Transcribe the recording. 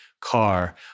car